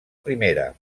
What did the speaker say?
primera